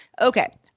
okay